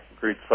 great